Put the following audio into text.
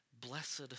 blessed